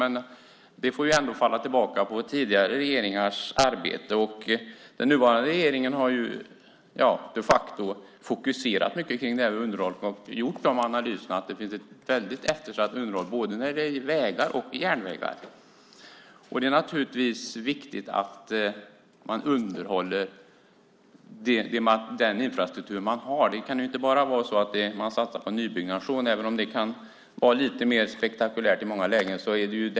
Men det får ändå falla tillbaka på tidigare regeringars arbete. Den nuvarande regeringen har de facto fokuserat mycket på frågan om underhållet och gjort den analysen att underhållet är väldigt eftersatt när det gäller både vägar och järnvägar. Det är naturligtvis viktigt att man underhåller den infrastruktur man har. Man kan inte bara satsa på nybyggnation, även om det kan vara lite mer spektakulärt i många lägen.